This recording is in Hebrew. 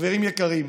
חברים יקרים,